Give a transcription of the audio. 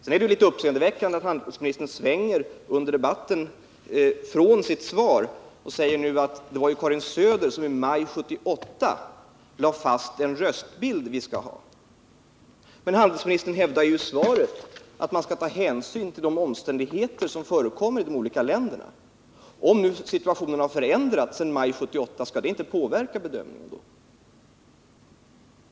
Det är litet uppseendeväckande att handelsministern under debatten svänger ifrån sitt svar och säger att det var Karin Söder som i maj 1978 lade fast den röstbild som Sverige skall följa. Men handelsministern hävdar ju i svaret att man skall ta hänsyn till de omständigheter som föreligger i de olika länderna. Om nu situationen har förändrats sedan maj 1978, skall det inte påverka bedömningen?